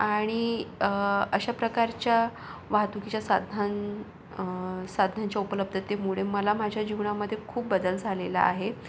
आणि अशाप्रकारच्या वाहतुकीच्या साधनां साधनाच्या उपलब्धतेमुळे मला माझ्या जीवनामध्ये खूप बदल झालेला आहे